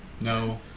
No